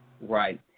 Right